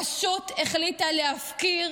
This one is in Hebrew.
פשוט החליטה להפקיר